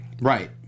right